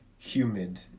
humid